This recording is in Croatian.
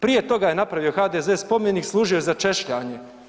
Prije toga je napravio HDZ spomenik, služio je za češljanje.